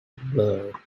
blur